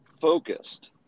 focused